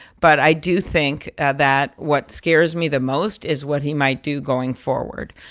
but i do think that what scares me the most is what he might do going forward.